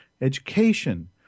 Education